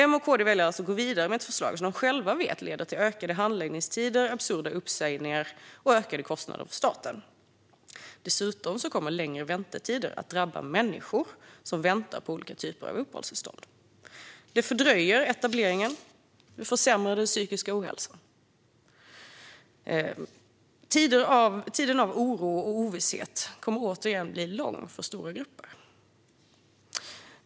M och KD väljer alltså att gå vidare med ett förslag som de själva vet leder till ökade handläggningstider, absurda uppsägningar och ökade kostnader för staten. Dessutom kommer längre väntetider att drabba människor som väntar på olika typer av uppehållstillstånd. Det fördröjer etableringen och försämrar den psykiska hälsan. Tiden av oro och ovisshet kommer återigen att bli lång för stora grupper.